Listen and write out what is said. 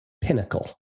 pinnacle